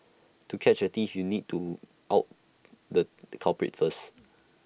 to catch A thief you need to out the culprit first